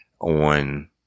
on